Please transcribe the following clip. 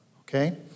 Okay